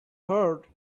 heart